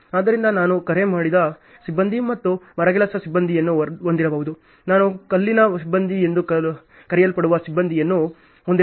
ಆದ್ದರಿಂದ ನಾನು ಕರೆ ಮಾಡಿದ ಸಿಬ್ಬಂದಿ ಮತ್ತು ಮರಗೆಲಸ ಸಿಬ್ಬಂದಿಯನ್ನು ಹೊಂದಿರಬಹುದು ನಾನು ಕಲ್ಲಿನ ಸಿಬ್ಬಂದಿ ಎಂದು ಕರೆಯಲ್ಪಡುವ ಸಿಬ್ಬಂದಿಯನ್ನು ಹೊಂದಿರಬಹುದು